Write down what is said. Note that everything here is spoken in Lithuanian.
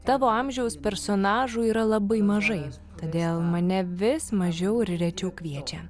tavo amžiaus personažų yra labai mažai todėl mane vis mažiau ir rečiau kviečia